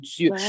Dieu